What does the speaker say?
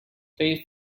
plays